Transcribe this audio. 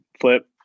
flip